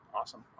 awesome